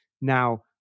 Now